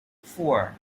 four